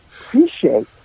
appreciate